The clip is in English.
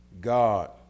God